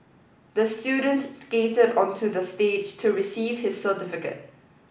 the student skated onto the stage to receive his certificate